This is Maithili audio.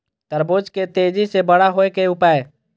तरबूज के तेजी से बड़ा होय के उपाय?